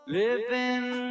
living